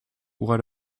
what